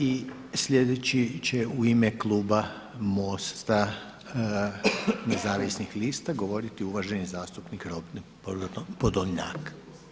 I sljedeći će u ime kluba MOST-a nezavisnih lista govoriti uvaženi zastupnik Robert Podolnjak.